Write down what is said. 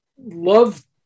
love